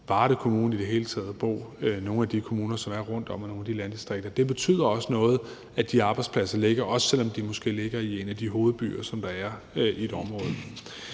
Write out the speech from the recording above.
Varde Kommune eller i det hele taget at bo i nogle af de kommuner, som er rundtom i nogle af de landdistrikter. Det betyder også noget, at de arbejdspladser ligger der, også selv om de måske ligger i en af de hovedbyer, som der er i et område.